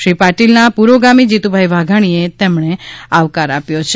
શ્રી પાટિલના પુરોગામી જીતુભાઈ વાઘાણીએ તેમણે આવકાર આપ્યો છે